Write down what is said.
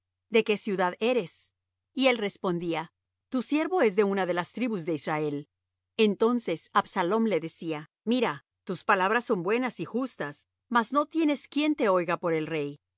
de qué ciudad eres y él respondía tu siervo es de una de las tribus de israel entonces absalom le decía mira tus palabras son buenas y justas mas no tienes quien te oiga por el rey